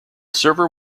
server